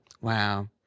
Wow